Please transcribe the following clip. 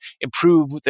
improve